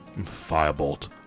Firebolt